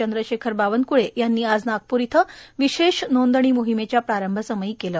चंद्रशेखर बावनकूळे यांनी आज नागपूर इथं विशेष नोंदणी मोहिमेव्या प्रारंभ समयी प्रसंगी केलं